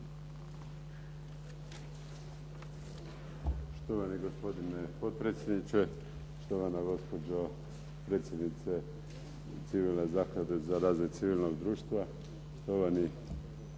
Štovani gospodine potpredsjedniče, štovana gospođo predsjednice Civilne zaklade za razvoj civilnog društva, štovani